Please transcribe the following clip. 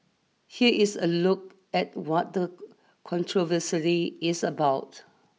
here is a look at what the controversary is about